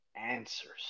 answers